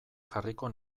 jarriko